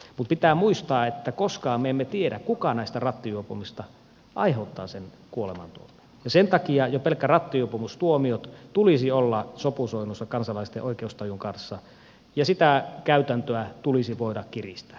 mutta pitää muistaa että koskaan me emme tiedä kuka näistä rattijuopoista aiheuttaa sen kuoleman ja sen takia jo pelkän rattijuopumustuomion tulisi olla sopusoinnussa kansalaisten oikeustajun kanssa ja sitä käytäntöä tulisi voida kiristää